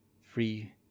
free